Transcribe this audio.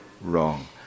wrong